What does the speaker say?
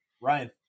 Ryan